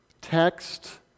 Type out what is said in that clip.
text